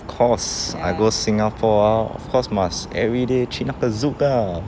of course I go singapore ah of course must everyday 去那个 zouk lah